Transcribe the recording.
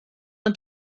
und